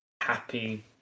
Happy